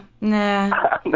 nah